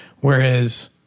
Whereas